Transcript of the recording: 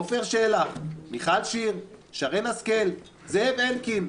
עפר שלח, מיכל שיר, שרן השכל, זאב אלקין,